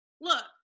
look